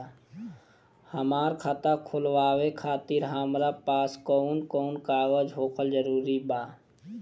हमार खाता खोलवावे खातिर हमरा पास कऊन कऊन कागज होखल जरूरी बा?